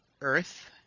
Earth